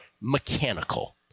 mechanical